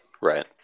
right